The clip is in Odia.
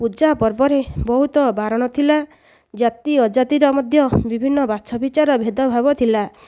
ପୂଜା ପର୍ବରେ ବହୁତ ବାରଣ ଥିଲା ଜାତି ଅଜାତିର ମଧ୍ୟ ବିଭିନ୍ନ ବାଛ ବିଚାର ଭେଦଭାବ ଥିଲା